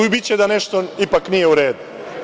Biće da nešto ipak nije u redu.